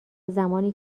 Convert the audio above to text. زمانی